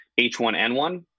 H1N1